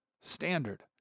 standard